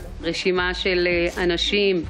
דרך אגב, הכי חשוב זה משאיות ואוטובוסים,